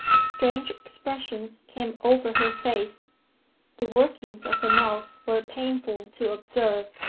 strange expressions came over her face the workings of her mouth were painful to observe.